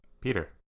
Peter